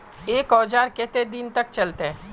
एक औजार केते दिन तक चलते?